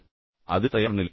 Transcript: எனவே அது தயார்நிலை